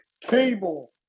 cable